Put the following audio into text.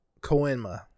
Koenma